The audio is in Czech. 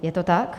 Je to tak?